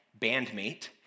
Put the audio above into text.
bandmate